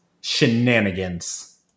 Shenanigans